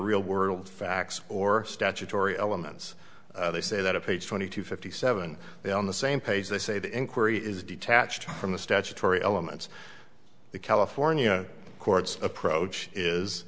real world facts or statutory elements they say that a page twenty to fifty seven on the same page they say the inquiry is detached from the statutory elements the california courts approach is